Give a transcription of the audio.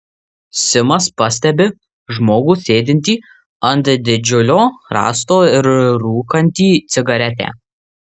simas pastebi žmogų sėdintį ant didžiulio rąsto ir rūkantį cigaretę